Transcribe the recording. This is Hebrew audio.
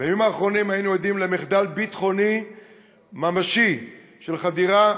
בימים האחרונים היינו עדים למחדל ביטחוני ממשי של חדירה